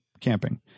camping